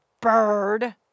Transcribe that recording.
bird